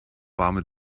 warme